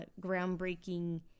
groundbreaking